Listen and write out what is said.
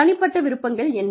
தனிப்பட்ட விருப்பங்கள் என்ன